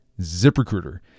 ZipRecruiter